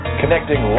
connecting